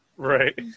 Right